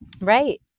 Right